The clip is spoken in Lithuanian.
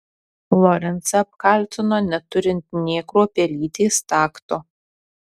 lorencą apkaltino neturint nė kruopelytės takto